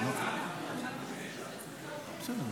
חוק אומנה לילדים (תיקון,